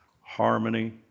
harmony